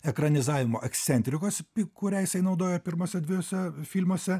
ekranizavimo ekscentrikos kurią jisai naudojo pirmuose dviejuose filmuose